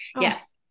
Yes